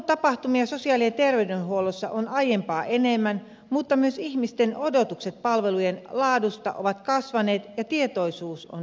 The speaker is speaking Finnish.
palvelutapahtumia sosiaali ja terveydenhuollossa on aiempaa enemmän mutta myös ihmisten odotukset palvelujen laadusta ovat kasvaneet ja tietoisuus on lisääntynyt